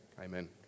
Amen